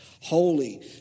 holy